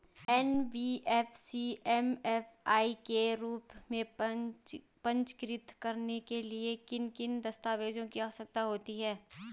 NBFC MFI के रूप में पंजीकृत कराने के लिए किन किन दस्तावेज़ों की आवश्यकता होती है?